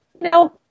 no